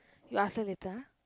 you ask her later ah